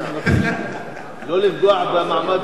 לא לפגוע במעמד,